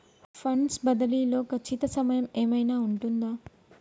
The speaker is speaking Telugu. ఫండ్స్ బదిలీ లో ఖచ్చిత సమయం ఏమైనా ఉంటుందా?